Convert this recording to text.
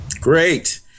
Great